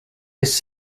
his